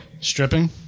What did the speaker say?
Stripping